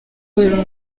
uru